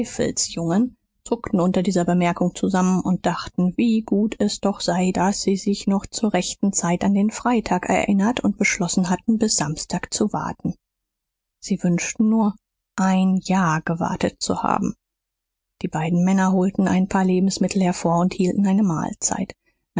teufelsjungen zuckten unter dieser bemerkung zusammen und dachten wie gut es doch sei daß sie sich noch zur rechten zeit an den freitag erinnert und beschlossen hatten bis samstag zu warten sie wünschten nur ein jahr gewartet zu haben die beiden männer holten ein paar lebensmittel hervor und hielten eine mahlzeit